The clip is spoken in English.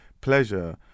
pleasure